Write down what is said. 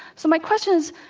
so, my question is,